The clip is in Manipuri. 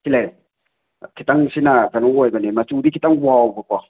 ꯁꯤꯗ ꯂꯩꯔꯦ ꯈꯤꯇꯪ ꯑꯁꯤꯅ ꯀꯩꯅꯣ ꯑꯣꯏꯕꯅꯦ ꯃꯆꯨꯗꯤ ꯈꯤꯇꯪ ꯋꯥꯎꯕꯀꯣ